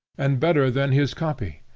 and better than his copy.